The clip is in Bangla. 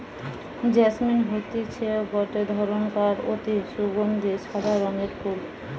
জেসমিন হতিছে গটে ধরণকার অতি সুগন্ধি সাদা রঙের ফুল